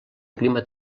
clima